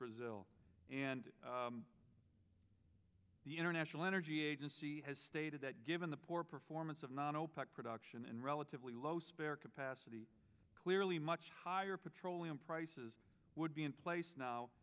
brazil and the international energy agency has stated that given the poor performance of non opec production and relatively low spare capacity clearly much higher petroleum prices would be in place now